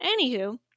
Anywho